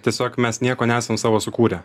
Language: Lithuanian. tiesiog mes nieko nesam savo sukūrę